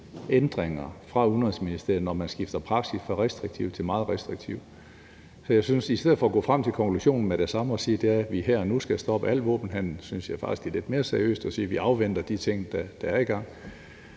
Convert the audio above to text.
ændringer fra Udenrigsministeriet bliver, når man skifter praksis fra restriktiv til meget restriktiv. Så jeg synes faktisk, at det – i stedet for at gå frem til konklusionen med det samme og sige, at vi her og nu skal stoppe al våbenhandel – er lidt mere seriøst at sige, at vi afventer de ting, der er i gang.